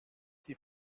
sie